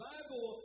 Bible